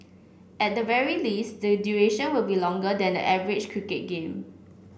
at the very least the duration will be longer than the average cricket game